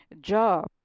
job